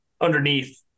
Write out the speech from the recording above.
underneath